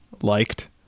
liked